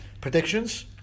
Predictions